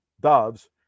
doves